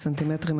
בסנטימטרים,